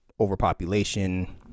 overpopulation